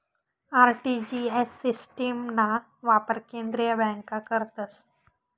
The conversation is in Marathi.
आर.टी.जी.एस सिस्टिमना वापर केंद्रीय बँका करतस